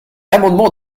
amendement